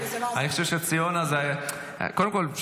קודם כול,